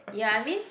ya I mean